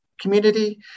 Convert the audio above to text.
Community